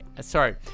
Sorry